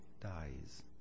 dies